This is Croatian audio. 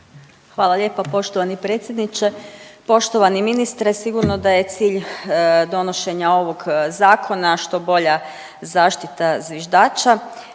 Hvala lijepa poštovani predsjedniče. Poštovani ministre, sigurno da je cilj donošenja ovog zakona što bolja zaštita zviždača.